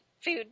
Food